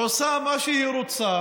עושה מה שהיא רוצה